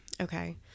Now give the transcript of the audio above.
Okay